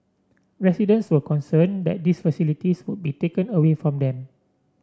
residents were concerned that these facilities would be taken away from them